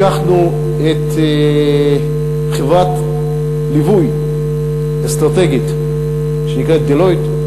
לקחנו את חברת הליווי האסטרטגית שנקראת Deloitte,